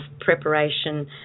preparation